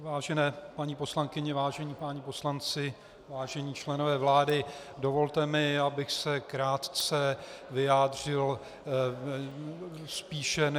Vážené paní poslankyně, vážení páni poslanci, vážení členové vlády, dovolte mi, abych se krátce vyjádřil spíše než